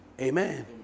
Amen